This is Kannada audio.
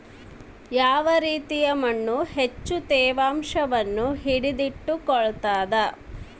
ಯಾವ ರೇತಿಯ ಮಣ್ಣು ಹೆಚ್ಚು ತೇವಾಂಶವನ್ನು ಹಿಡಿದಿಟ್ಟುಕೊಳ್ತದ?